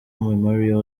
memorial